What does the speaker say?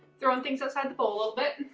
throwing things outside the bowl a little bit.